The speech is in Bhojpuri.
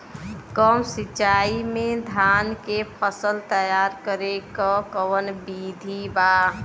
कम सिचाई में धान के फसल तैयार करे क कवन बिधि बा?